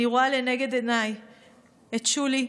אני רואה לנגד עיניי את שולי,